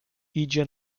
idzie